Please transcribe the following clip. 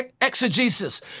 exegesis